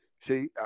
See